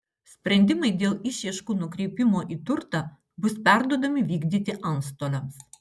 sprendimai dėl išieškų nukreipimo į turtą bus perduodami vykdyti antstoliams